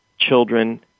children